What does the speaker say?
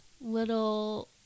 little